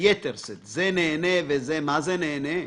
ביתר שאת, זה נהנה וזה מה זה נהנה.